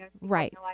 Right